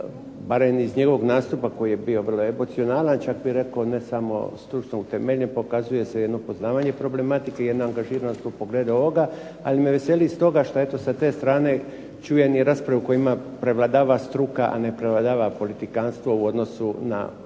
barem iz njegovog nastupa koji je bio vrlo emocionalan, čak bih rekao ne samo stručno utemeljen. Pokazuje se jedno poznavanje problematike i jedna angažiranost u pogledu ovoga. Ali me veseli stoga što eto sa te strane čujem i raspravu u kojima prevladava struka, a ne prevladava politikanstvo u odnosu na tematiku